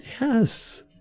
Yes